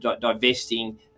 divesting